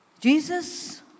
Jesus